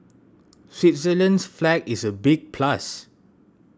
Switzerland's flag is a big plus